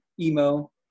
emo